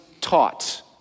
taught